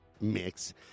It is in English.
mix